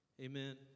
Amen